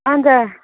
अन्त